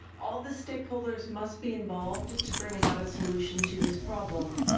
all the stakeholders must be involved to bring about a solution to this problem.